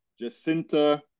Jacinta